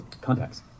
Contacts